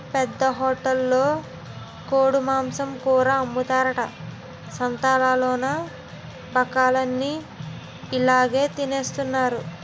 పెద్ద హోటలులో గొడ్డుమాంసం కూర అమ్ముతారట సంతాలలోన బక్కలన్ని ఇలాగె తినెత్తన్నారు